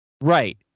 Right